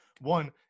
one